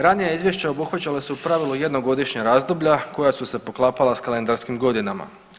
Ranija izvješća obuhvaćala su pravilo jednogodišnja razdoblja koja su se poklapala s kalendarskim godinama.